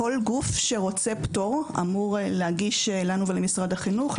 כל גוף שרוצה פטור אמור להגיש לנו ולמשרד החינוך,